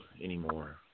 anymore